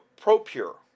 propure